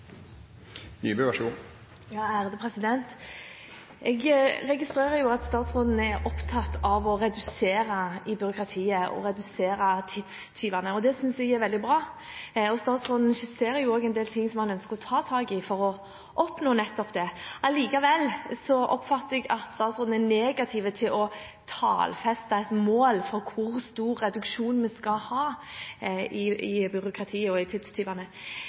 opptatt av å redusere byråkratiet og redusere tidstyvene, og det synes jeg er veldig bra. Statsråden skisserer også en del ting som han ønsker å ta tak i for å oppnå nettopp det. Allikevel oppfatter jeg at statsråden er negativ til å tallfeste et mål for hvor stor reduksjon vi skal ha i byråkratiet og i tidstyvene.